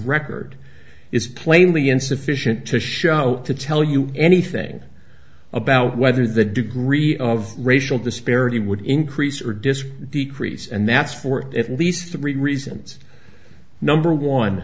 record is plainly insufficient to show to tell you anything about whether the degree of racial disparity would increase or disk decrease and that's for at least three reasons number one